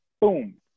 boom